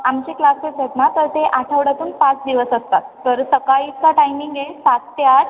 आमचे क्लासेस आहेत ना तर ते आठवड्यातून पाच दिवस असतात तर सकाळीचा टायमिंग आहे सात ते आठ